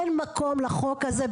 אין מקום לחוק הזה,